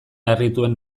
harrituen